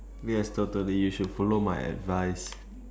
yes totally you should follow my advice